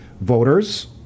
voters